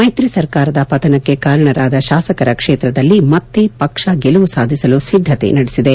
ಮೈತ್ರಿ ಸರ್ಕಾರದ ಪತನಕ್ಕೆ ಕಾರಣರಾದ ಶಾಸಕರ ಕ್ಷೇತ್ರದಲ್ಲಿ ಮತ್ತೆ ಪಕ್ಷ ಗೆಲುವು ಸಾಧಿಸಲು ಸಿದ್ದತೆ ನಡೆಸಿದೆ